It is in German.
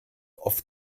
auf